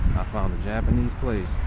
found a japanese place.